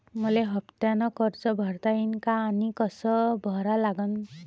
मले हफ्त्यानं कर्ज भरता येईन का आनी कस भरा लागन?